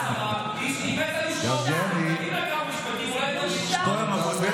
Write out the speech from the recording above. דבר רוסית, רגע, לשרה.